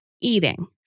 eating